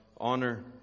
honor